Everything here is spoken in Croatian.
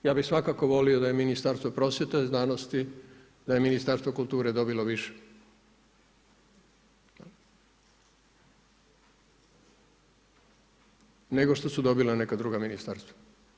Ja bi svakako volio da je Ministarstvo prosvjeta i znanosti, da je Ministarstvo kulture dobilo više, nego što su dobila neka druga ministarstva.